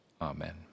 Amen